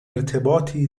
ارتباطی